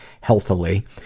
healthily